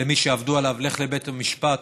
למי שעבדו עליו: לך לבית המשפט,